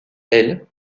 elle